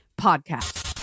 Podcast